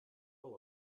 full